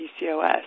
PCOS